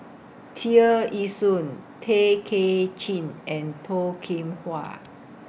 Tear Ee Soon Tay Kay Chin and Toh Kim Hwa